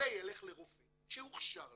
חולה ילך לרופא שהוכשר לכך,